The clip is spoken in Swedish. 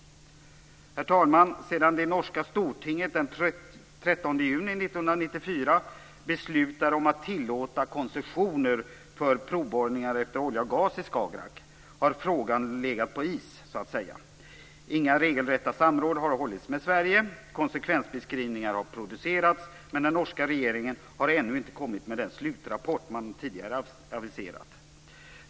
Herr talman! Sedan det norska Stortinget den 13 juni 1994 beslutade om att tillåta koncessioner för provborrningar efter olja och gas i Skagerrak har frågan så att säga legat på is. Inga regelrätta samråd har hållits med Sverige. Konsekvensutredningar har producerats, men den norska regeringen har ännu inte kommit med den slutrapport man tidigare aviserat.